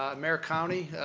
um mayor cownie,